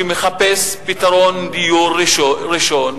שמחפש פתרון דיור ראשון,